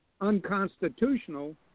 unconstitutional